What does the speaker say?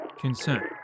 concern